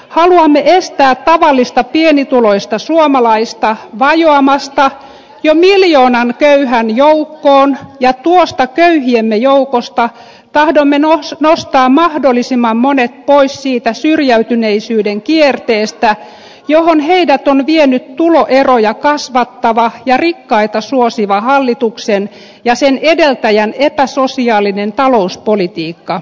haluamme estää tavallista pienituloista suomalaista vajoamasta jo miljoonan köyhän joukkoon ja tuosta köyhiemme joukosta tahdomme nostaa mahdollisimman monet pois siitä syrjäytyneisyyden kierteestä johon heidät on vienyt tuloeroja kasvattava ja rikkaita suosiva hallituksen ja sen edeltäjän epäsosiaalinen talouspolitiikka